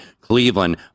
Cleveland